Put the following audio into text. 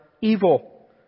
evil